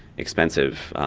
expensive,